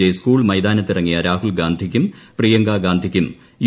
J school മൈതാനത്ത് ഇറങ്ങിയ രാഹുൽ ഗാന്ധിക്കും പ്രിയങ്കാഗാന്ധിക്കും യു